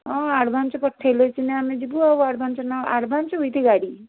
ହଁ ଆଡ଼ଭାନ୍ସ ପଠାଇଲେ ସିନା ଆମେ ଯିବୁ ଆଉ ଆଡ଼ଭାନ୍ସ ନ ଆଡ଼ଭାନ୍ସ ୱିଥ୍ ଗାଡ଼ି